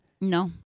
No